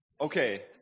Okay